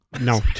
No